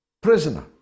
prisoner